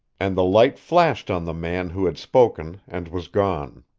and the light flashed on the man who had spoken and was gone.